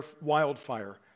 wildfire